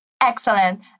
Excellent